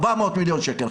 400 מיליון שקל,